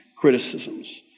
criticisms